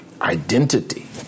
identity